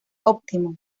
óptimo